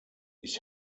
ich